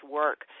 work